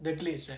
the glades eh